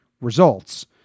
results